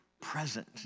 present